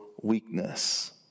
weakness